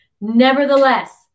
Nevertheless